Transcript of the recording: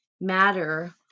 matter